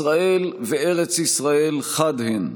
"ישראל וארץ ישראל, חד הן,